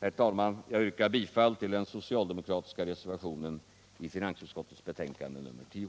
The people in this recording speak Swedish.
Herr talman! Jag yrkar bifall till den socialdemokratiska reservationen i finansutskottets betänkande nr 10.